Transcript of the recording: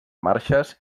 marxes